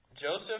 Joseph